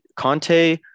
Conte